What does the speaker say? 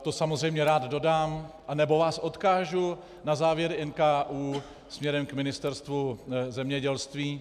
To samozřejmě rád dodám anebo vás odkážu na závěr NKÚ směrem k Ministerstvu zemědělství.